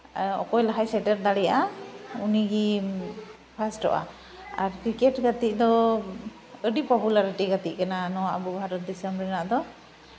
ᱚᱠᱚᱭ ᱞᱟᱦᱟᱭ ᱥᱮᱴᱮᱨ ᱫᱟᱲᱮᱭᱟᱜᱼᱟ ᱩᱱᱤᱜᱮ ᱯᱷᱟᱥᱴᱚᱜᱼᱟ ᱟᱨ ᱠᱨᱤᱠᱮᱴ ᱜᱟᱛᱮᱜ ᱫᱚ ᱟᱹᱰᱤ ᱯᱚᱯᱩᱞᱟᱨᱮᱴᱤ ᱜᱟᱛᱮᱜ ᱠᱟᱱᱟ ᱱᱚᱣᱟ ᱟᱵᱚ ᱵᱷᱟᱨᱚᱛ ᱫᱤᱥᱚᱢ ᱨᱮᱱᱟᱜ ᱫᱚ